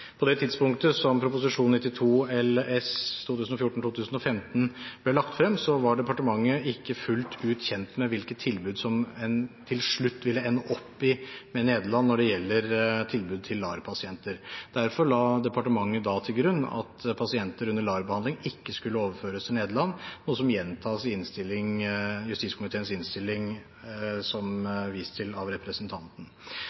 På det tidspunktet som Prop. 92 LS for 2014–2015 ble lagt frem, var departementet ikke fullt ut kjent med hvilket tilbud som en til slutt ville ende opp med i Nederland når det gjelder tilbudet til LAR-pasienter. Derfor la departementet da til grunn at pasienter under LAR-behandling ikke skulle overføres til Nederland, noe som gjentas i justiskomiteens innstilling som vist til av representanten.